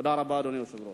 תודה רבה, אדוני היושב-ראש.